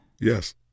Yes